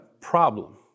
problem